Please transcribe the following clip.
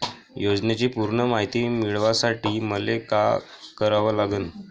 योजनेची पूर्ण मायती मिळवासाठी मले का करावं लागन?